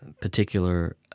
particular